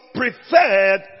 preferred